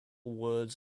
words